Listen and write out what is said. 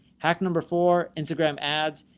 hack number four, instagram ads.